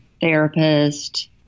therapist